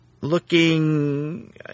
looking